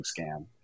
scam